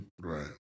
Right